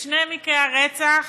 בשני מקרי הרצח,